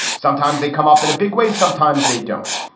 sometimes they come up in a big way. sometimes they don't.